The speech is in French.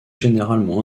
généralement